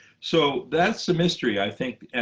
so that's a mystery, i think. and